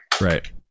right